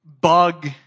bug